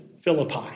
Philippi